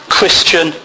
Christian